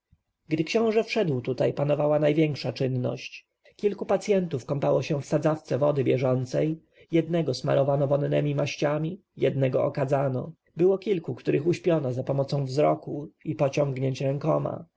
gdy książę wszedł tutaj panowała największa czynność kilku pacjentów kąpało się w sadzawce wody bieżącej jednego smarowano wonnemi maściami jednego okadzano było kilku których uśpiono zapomocą wzroku i pociągnięć rękoma